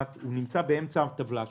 הוא נמצא באמצע הטבלה שם.